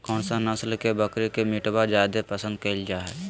कौन सा नस्ल के बकरी के मीटबा जादे पसंद कइल जा हइ?